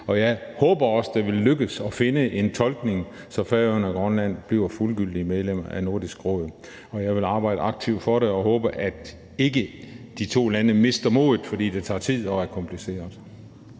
og jeg håber også, at det vil lykkes at finde en tolkning, så Færøerne og Grønland bliver fuldgyldige medlemmer af Nordisk Råd. Jeg vil arbejde aktivt for det, og jeg håber ikke, at de to lande mister modet, fordi det tager tid og er kompliceret.